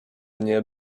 nie